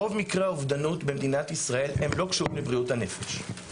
רוב מקרי האובדנות במדינת ישראל הם לא קשורים לבריאות הנפש.